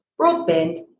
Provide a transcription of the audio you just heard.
broadband